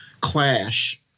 clash